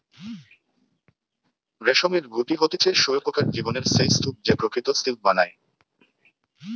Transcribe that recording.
রেশমের গুটি হতিছে শুঁয়োপোকার জীবনের সেই স্তুপ যে প্রকৃত সিল্ক বানায়